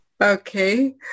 Okay